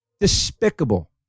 Despicable